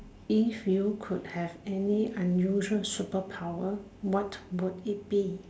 if you could have any unusual superpower what would it be